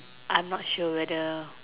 I'm not sure whether